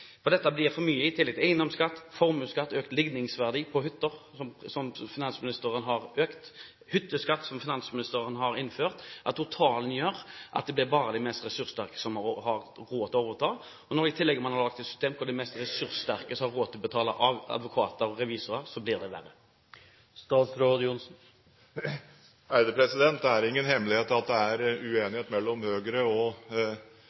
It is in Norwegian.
dette blir for mye i tillegg til eiendomsskatt, formuesskatt, økt ligningsverdi på hytta, som finansministeren har innført, og hytteskatt, som finansministeren har innført. Ja, totalen gjør at det blir bare de mest ressurssterke som har råd til å overta, og når man i tillegg har laget et system der de mest ressurssterke har råd til å betale advokater og revisorer, blir det verre. Det er ingen hemmelighet at det er uenighet mellom Høyre og